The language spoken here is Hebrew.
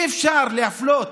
אי-אפשר להפלות,